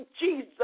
Jesus